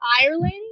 Ireland